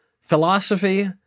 philosophy